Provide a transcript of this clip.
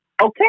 Okay